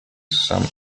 some